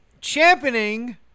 Championing